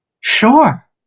sure